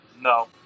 No